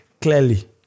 clearly